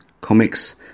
comics